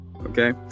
okay